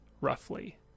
roughly